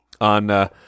on